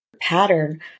pattern